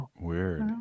Weird